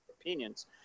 opinions